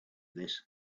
this